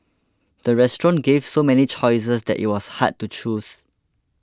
the restaurant gave so many choices that it was hard to choose